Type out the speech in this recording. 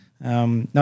No